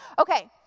Okay